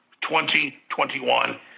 2021